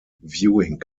viewing